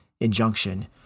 injunction